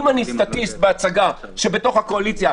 אם אני סטטיסט בהצגה שבתוך הקואליציה,